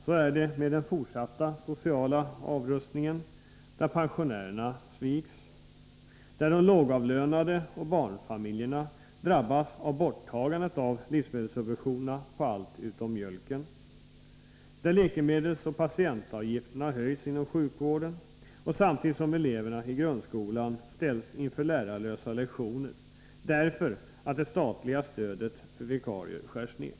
Så är det med den fortsatta sociala avrustningen, där pensionärerna sviks, där de lågavlönade och barnfamiljerna drabbas av borttagandet av livsmedelssubventionerna på allt utom mjölken, där läkemedelsoch patientavgifterna höjs inom sjukvården, samtidigt som eleverna i grundskolan ställs inför lärarlösa lektioner, därför att det statliga stödet för vikarier skärs ner.